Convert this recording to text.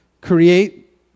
create